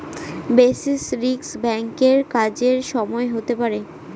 basis risk ব্যাঙ্কের কাজের সময় হতে পারে